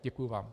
Děkuji vám.